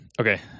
Okay